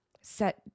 set